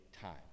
time